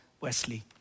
Wesley